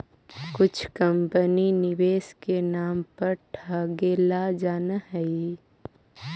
कुछ कंपनी निवेश के नाम पर ठगेला जानऽ हइ